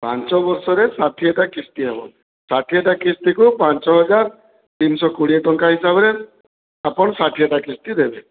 ପାଞ୍ଚ ବର୍ଷରେ ଷାଠିଏଟା କିସ୍ତି ହେବ ଷାଠିଏଟା କିସ୍ତିକୁ ପାଞ୍ଚ ହଜାର ତିନଶ କୋଡ଼ିଏ ଟଙ୍କା ହିସାବରେ ଆପଣ ଷାଠିଏଟା କିସ୍ତି ଦେବେ